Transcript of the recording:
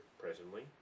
presently